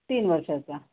तीन वर्षांचा